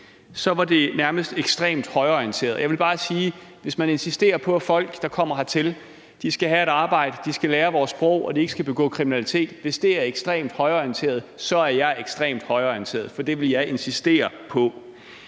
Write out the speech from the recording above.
var det nærmest ekstremt højreorienteret. Jeg vil bare sige, at hvis det, at man insisterer på, at folk, der kommer hertil, skal have et arbejde, skal lære vores sprog og ikke begå kriminalitet, er ekstremt højreorienteret, så er jeg ekstremt højreorienteret, for det vil jeg insistere på.